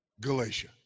Galatia